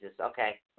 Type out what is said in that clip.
Okay